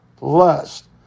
lust